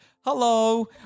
Hello